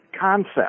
concept